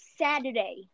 Saturday